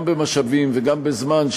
גם במשאבים וגם בזמן,